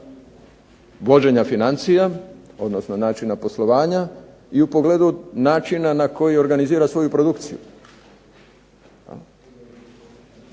vođenja financija, odnosno načina poslovanja i u pogledu načina na koji organizira svoju produkciju.